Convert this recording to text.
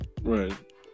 right